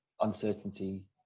uncertainty